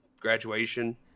graduation